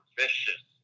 vicious